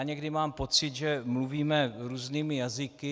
Někdy mám pocit, že mluvíme různými jazyky.